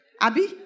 Abby